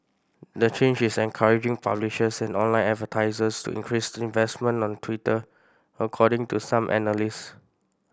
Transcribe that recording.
the change is encouraging publishers and online advertisers to increase investment on Twitter according to some analysts